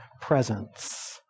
presence